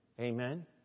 Amen